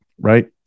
right